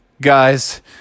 guys